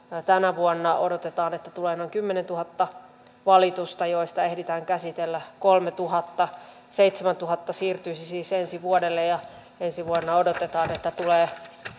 tänä vuonna odotetaan että tulee noin kymmenentuhatta valitusta joista ehditään käsitellä kolmetuhatta seitsemäntuhatta siirtyisi siis ensi vuodelle ja ensi vuonna odotetaan että tulee